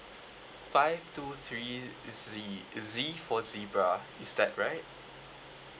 five two three Z Z for zebra is that right